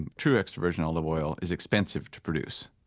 and true extra virgin olive oil is expensive to produce.